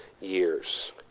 years